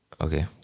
Okay